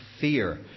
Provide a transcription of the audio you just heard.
fear